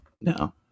No